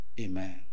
Amen